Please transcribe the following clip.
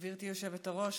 גברתי היושבת-ראש,